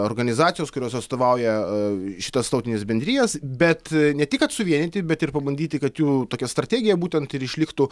organizacijas kurios atstovauja šitas tautines bendrijas bet ne tik kad suvienyti bet ir pabandyti kad jų tokia strategija būtent ir išliktų